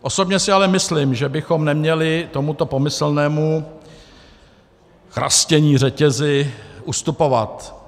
Osobně si ale myslím, že bychom neměli tomuto pomyslnému chrastění řetězy ustupovat.